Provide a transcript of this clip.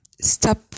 stop